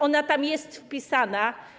Ona tam jest wpisana.